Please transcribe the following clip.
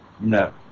No